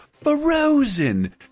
Frozen